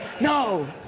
No